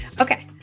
okay